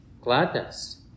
gladness